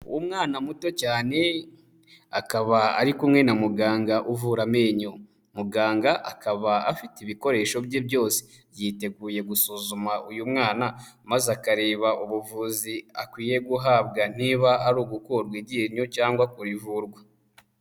Umwana muto cyane akaba ari kumwe na muganga uvura amenyo, muganga akaba afite ibikoresho bye byose, yiteguye gusuzuma uyu mwana maze akareba ubuvuzi akwiye guhabwa niba ari ugukurwa iryinyo cyangwa kurivurwa.